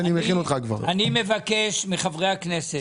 אני מבקש מחברי הכנסת,